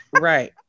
right